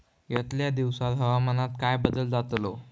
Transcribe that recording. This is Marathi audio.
यतल्या दिवसात हवामानात काय बदल जातलो?